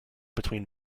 between